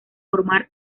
formar